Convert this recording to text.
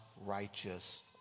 righteous